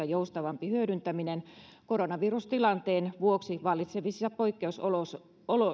joustavampi hyödyntäminen koronavirustilanteen vuoksi vallitsevissa poikkeusoloissa